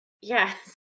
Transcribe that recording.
Yes